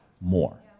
more